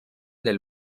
del